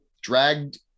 Dragged